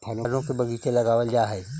फलों के बगीचे लगावल जा हई